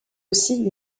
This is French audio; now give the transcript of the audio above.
aussi